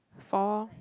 four